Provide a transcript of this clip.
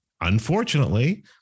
unfortunately